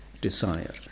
desire